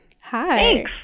Hi